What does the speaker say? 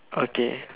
okay